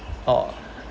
or